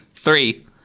Three